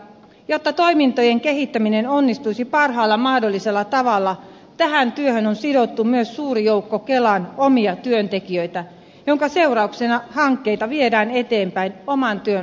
jotta toimintojen kehittäminen onnistuisi parhaalla mahdollisella tavalla tähän työhön on sidottu myös suuri joukko kelan omia työntekijöitä minkä seurauksena hankkeita viedään eteenpäin oman työn ohella